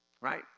Right